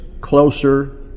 closer